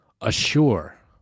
assure